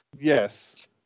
Yes